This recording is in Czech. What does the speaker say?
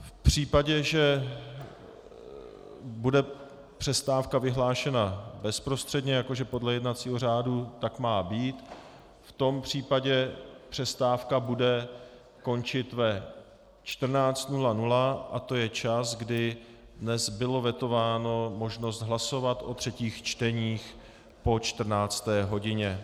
V případě, že bude přestávka vyhlášena bezprostředně, jako že podle jednacího řádu tak má být, v tom případě přestávka bude končit ve 14.00 a to je čas, kdy dnes byla vetována možnost hlasovat o třetích čteních po 14. hodině.